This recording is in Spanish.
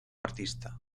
artista